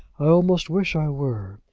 i almost wish i were.